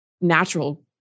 natural